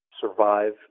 survive